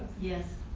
yes.